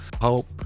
Hope